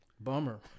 Bummer